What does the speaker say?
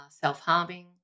self-harming